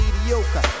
mediocre